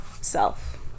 self